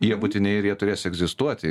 jie būtini ir jie turės egzistuoti